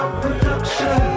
production